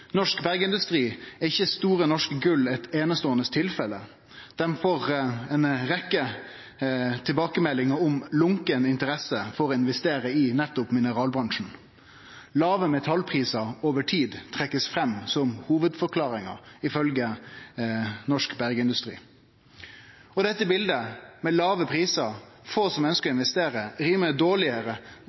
Norsk Bergindustri er ikkje Store Norske Gull eit enkeltståande tilfelle. Dei får ei rekkje tilbakemeldingar om lunken interesse for å investere i nettopp mineralbransjen. Låge metallprisar over tid blir trekt fram som hovudforklaringa, ifølgje Norsk Bergindustri. Dette biletet, med låge prisar og få som ønskjer å investere,